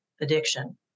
addiction